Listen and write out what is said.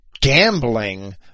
gambling